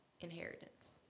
inheritance